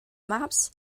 maps